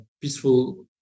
peaceful